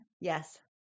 Yes